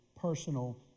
Personal